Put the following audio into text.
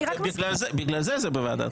בגלל זה זה בוועדת החוקה.